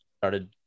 started